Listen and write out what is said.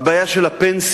הבעיה של הפנסיה,